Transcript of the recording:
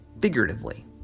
figuratively